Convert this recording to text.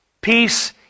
Peace